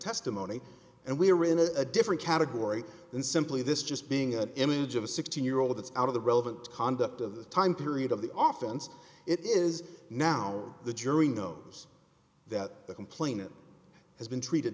testimony and we're in a different category than simply this just being an image of a sixteen year old that's out of the relevant conduct of the time period of the often it is now the jury knows that the complainant has been treated